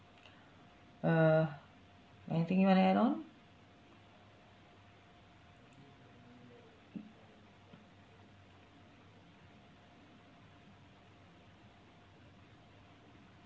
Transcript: uh anything you want to add on